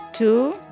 Two